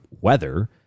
weather